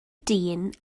dyn